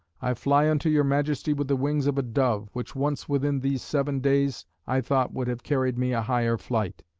i fly unto your majesty with the wings of a dove, which once within these seven days i thought would have carried me a higher flight.